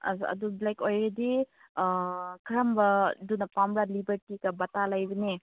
ꯑꯗꯨ ꯕ꯭ꯂꯦꯛ ꯑꯣꯏꯔꯗꯤ ꯀꯔꯝꯕꯗꯨꯅ ꯄꯥꯝꯕ꯭ꯔꯥ ꯂꯤꯕꯔꯇꯤꯒ ꯕꯥꯇꯥ ꯂꯩꯕꯅꯦ